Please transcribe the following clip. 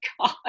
God